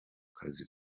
kazi